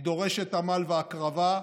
היא דורשת עמל והקרבה,